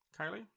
Kylie